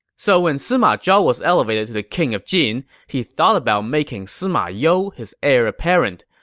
so when sima zhao was elevated to the king of jin, he thought about making sima you his heir apparent,